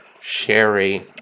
sherry